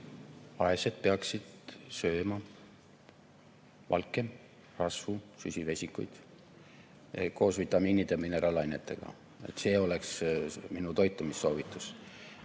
Vaesed peaksid sööma valke, rasvu, süsivesikuid koos vitamiinide ja mineraalainetega. See oleks minu toitumissoovitus.